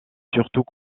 surtout